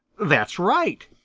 that's right,